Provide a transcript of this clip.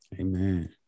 Amen